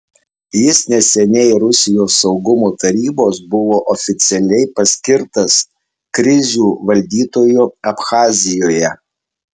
jis neseniai rusijos saugumo tarybos buvo oficialiai paskirtas krizių valdytoju abchazijoje